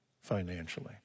financially